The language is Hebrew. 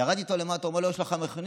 ירד איתו למטה, הוא אומר לו: יש לך מכונית?